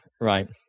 Right